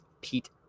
Pete